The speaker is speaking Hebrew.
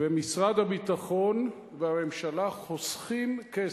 ומשרד הביטחון והממשלה חוסכים כסף.